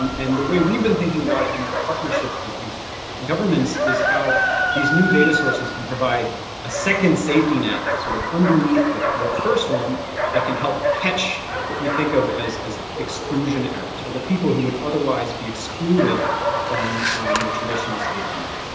and the way we've been thinking about it in our partnerships with these governments is how these new data sources can provide a second safety net sort of underneath the the first one that can help catch what we think of as as exclusion errors, or the people who would otherwise be excluded from the traditional safety net.